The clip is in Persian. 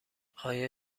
آیا